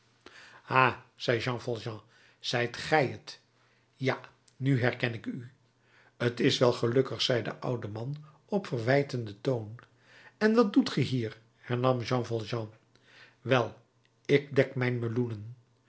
ha zei jean valjean zijt gij t ja nu herken ik u t is wel gelukkig zei de oude man op verwijtenden toon en wat doet ge hier hernam jean valjean wel ik dek mijn